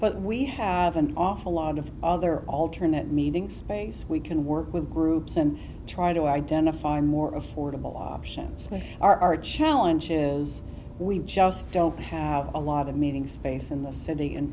but we have an awful lot of other alternate meeting space we can work with groups and try to identify more affordable options are our challenge is we just don't have a lot of meeting space in the city in